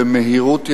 במהירות יחסית,